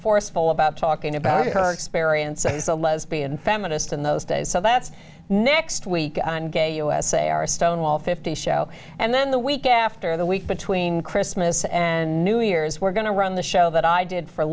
forceful about talking about her experience as a lesbian feminist in those days so that's next week on gay usa our stonewall fifty show and then the week after the week between christmas and new years we're going to on the show that i did for